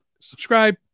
subscribe